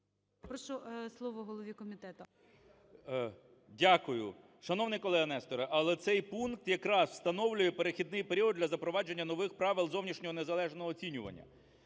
Прошу слово голові комітету. 11:37:01 КНЯЖИЦЬКИЙ М.Л. Дякую. Шановний колего Несторе, але цей пункт якраз встановлює перехідний період для запровадження нових правил зовнішнього незалежного оцінювання.